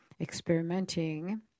experimenting